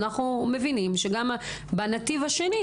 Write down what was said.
אנחנו מבינים שגם בנתיב השני,